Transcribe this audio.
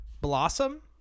Blossom